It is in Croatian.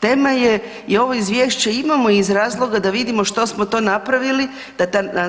Tema je i ovo izvješće imamo iz razloga da vidimo što smo to napravili